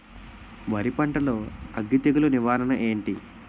వరి పంటలో అగ్గి తెగులు నివారణ ఏంటి?